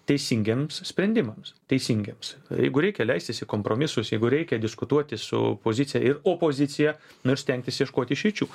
teisingiems sprendimams teisingiems jeigu reikia leistis į kompromisus jeigu reikia diskutuoti su opozicija ir opozicija nu ir stengtis ieškot išeičių